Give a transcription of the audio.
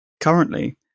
Currently